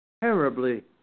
Terribly